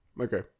Okay